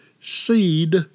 seed